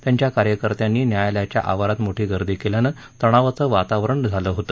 त्यांच्या कार्यकर्त्यांनी न्यायालयाच्या आवारात मोठी गर्दी केल्यानं तणावाचे वातावरण झाले होते